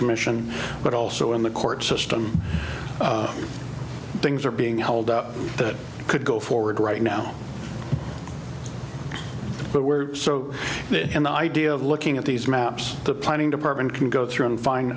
commission but also in the court system things are being held up that could go forward right now but we're so in the idea of looking at these maps the planning department can go through and